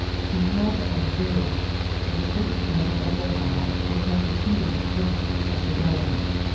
to have observed the strict letter of the law would have defeated the purposes of the delegates,